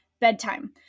bedtime